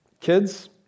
Kids